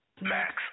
Max